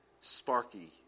sparky